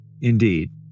Indeed